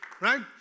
right